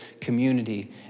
community